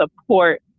support